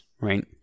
right